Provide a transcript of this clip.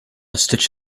stitch